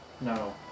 No